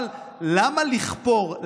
אבל למה לכפור?